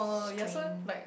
strange